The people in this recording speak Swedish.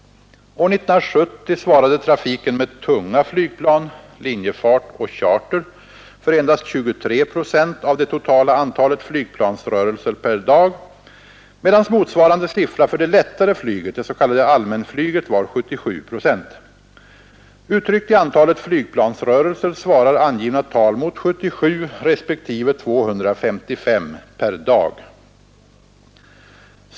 År 1970 svarade trafiken med tunga flygplan — linjefart och charter — för endast 23 procent av det totala antalet flygplansrörelser per dag, medan motsvarande siffra för det lättare flyget — det s.k. allmänflyget — var 77 procent. Uttryckt i antalet flygplansrörelser svarar angivna tal mot 77 respektive 255 per dag.